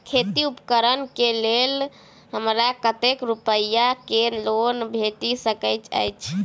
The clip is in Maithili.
खेती उपकरण केँ लेल हमरा कतेक रूपया केँ लोन भेटि सकैत अछि?